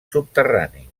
subterrani